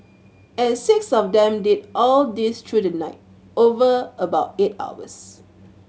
and six of them did all this through the night over about eight hours